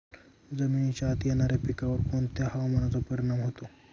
जमिनीच्या आत येणाऱ्या पिकांवर कोणत्या हवामानाचा परिणाम होतो?